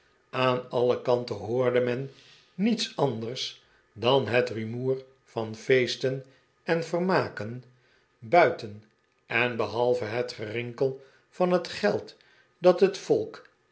aan alle kanten hoorde men niets anders dan net rumoer van feesten en vermaken buiten en behalve het gerinkel van het geld dat het volk